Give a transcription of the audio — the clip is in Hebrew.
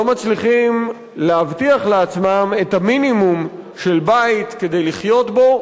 לא מצליחים להבטיח לעצמם את המינימום של בית כדי לחיות בו,